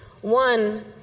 One